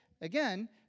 again